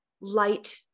light